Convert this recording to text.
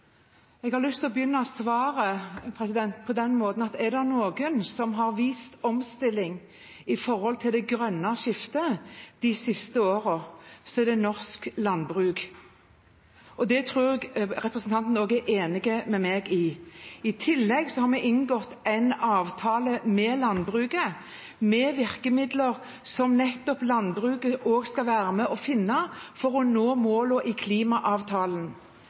Jeg har lyst å begynne svaret med å si at hvis det er noen som har vist omstilling når det kommer til det grønne skiftet de siste årene, er det norsk landbruk. Det tror jeg også at representanten Aasland er enig med meg i. I tillegg har vi inngått en avtale med landbruket om virkemidler som også landbruket selv skal være med på å finne, for å nå målene i klimaavtalen.